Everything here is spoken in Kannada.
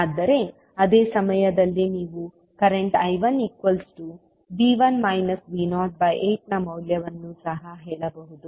ಆದರೆ ಅದೇ ಸಮಯದಲ್ಲಿ ನೀವು ಕರೆಂಟ್ I18 ನ ಮೌಲ್ಯವನ್ನು ಸಹ ಹೇಳಬಹುದು